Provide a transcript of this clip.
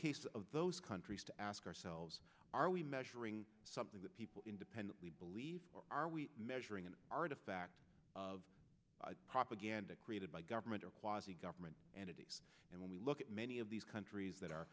case of those countries to ask ourselves are we measuring something that people independently believe or are we measuring an artifact of propaganda created by government or quasi government and of these and when we look at many of these countries that are